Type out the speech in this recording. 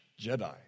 Jedi